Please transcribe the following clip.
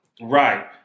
Right